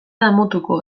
damutuko